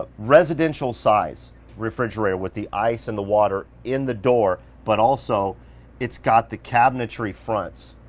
ah residential size refrigerator with the ice and the water in the door, but also it's got the cabinetry fronts.